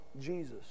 Jesus